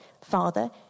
Father